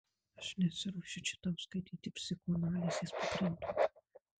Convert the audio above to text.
aš nesiruošiu čia tau skaityti psichoanalizės pagrindų